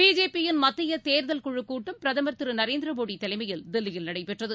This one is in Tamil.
பிஜேபி யின் மத்திய தேர்தல் குழு கூட்டம் பிரதமர் திரு நரேந்திர மோடி தலைமையில் தில்லியில் நடைபெற்றது